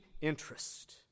interest